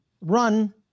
Run